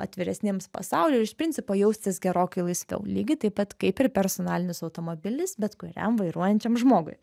atviresnėms pasauliui ir iš principo jaustis gerokai laisviau lygiai taip pat kaip ir personalinis automobilis bet kuriam vairuojančiam žmogui